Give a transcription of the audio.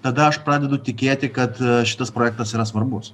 tada aš pradedu tikėti kad šitas projektas yra svarbus